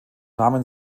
namen